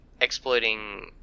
exploiting